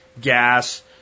gas